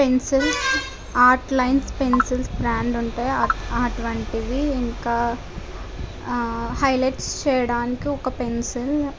pencil art lines pencils brand ఉంటాయి అటువంటివి ఇంకా హైలైట్స్ చేయడానికి ఒక్క పెన్సిల్